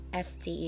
STE